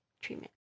treatment